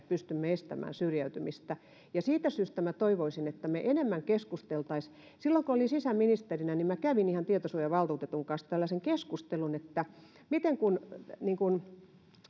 pystymme estämään syrjäytymistä ja siitä syystä toivoisin että me enemmän keskustelisimme silloin kun olin sisäministerinä niin kävin ihan tietosuojavaltuutetun kanssa tällaisen keskustelun kun